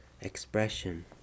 expression